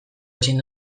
ezin